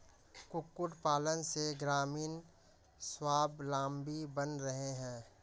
कुक्कुट पालन से ग्रामीण स्वाबलम्बी बन रहे हैं